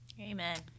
Amen